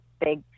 big